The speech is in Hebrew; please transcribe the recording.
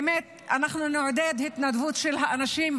באמת נעודד התנדבות של אנשים.